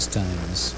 times